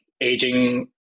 aging